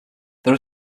there